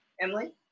Emily